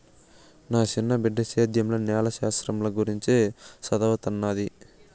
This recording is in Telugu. నా సిన్న బిడ్డ సేద్యంల నేల శాస్త్రంల గురించి చదవతన్నాది